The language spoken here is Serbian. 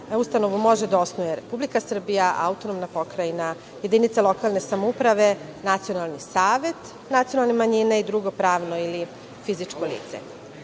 ustanovu može da osnuje Republika Srbija, autonomna pokrajina, jedinica lokalne samouprave, nacionalni savet nacionalne manjine i drugo pravno ili fizičko lice. Kao